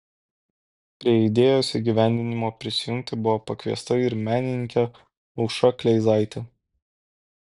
prie idėjos įgyvendinimo prisijungti buvo pakviesta ir menininkė aušra kleizaitė